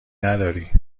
نداری